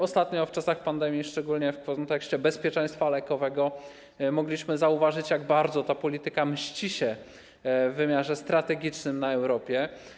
Ostatnio w czasach pandemii, szczególnie w kontekście bezpieczeństwa lekowego, mogliśmy zauważyć, jak bardzo ta polityka mści się w wymiarze strategicznym na Europie.